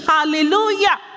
Hallelujah